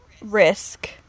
risk